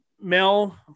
Mel